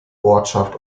ortschaft